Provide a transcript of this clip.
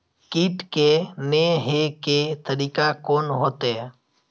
कीट के ने हे के तरीका कोन होते?